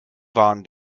waren